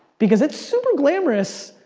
because it's super glamorous.